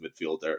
midfielder